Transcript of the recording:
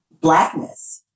blackness